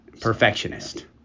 Perfectionist